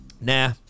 Nah